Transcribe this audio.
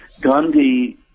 Gandhi